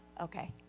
okay